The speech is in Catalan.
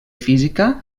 física